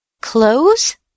Clothes